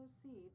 Proceed